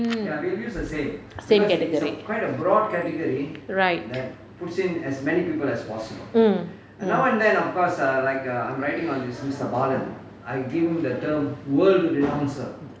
mm same category right mm mm